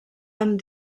amb